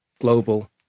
global